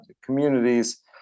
communities